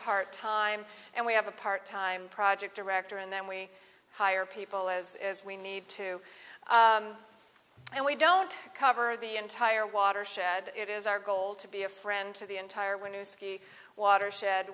part time and we have a part time project director and then we hire people as is we need to and we don't cover the entire watershed it is our goal to be a friend to the entirely new ski watershed